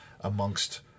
amongst